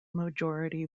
majority